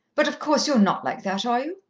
but, of course, you're not like that, are you?